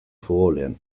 futbolean